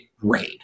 rain